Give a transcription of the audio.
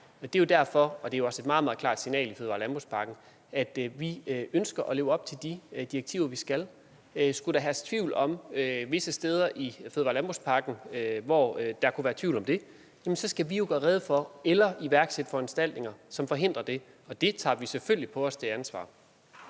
Det er derfor – og det er også et meget, meget klart signal i fødevare- og landbrugspakken – at vi ønsker at leve op til de direktiver, som vi skal efterleve. Skulle der være steder i landbrugspakken, hvor der kunne herske tvivl om det, så skal vi jo gøre rede for det eller iværksætte foranstaltninger, som forhindrer det. Og det ansvar tager vi selvfølgelig på os. Kl.